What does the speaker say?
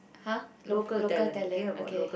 !huh! loc~ local talent okay